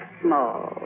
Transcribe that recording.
small